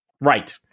Right